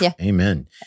Amen